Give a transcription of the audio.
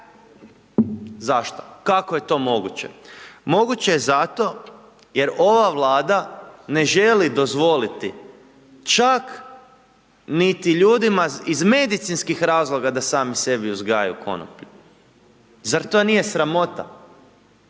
zašto? Kako je to moguće? Moguće je zato jer ova Vlada ne želi dozvoliti čak niti ljudima iz medicinskih razloga da sami sebi uzgajaju konoplju, zar to nije sramota?